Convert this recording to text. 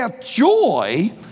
joy